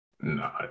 No